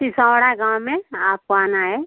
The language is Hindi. सिसौरा गाँव में आपको आना है